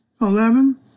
Eleven